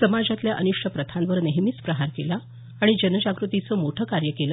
समाजातल्या अनिष्ट प्रथांवर नेहमीच प्रहार केला आणि जनजागृतीचं मोठं कार्य केलं